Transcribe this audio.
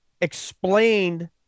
explained